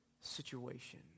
situation